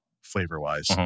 flavor-wise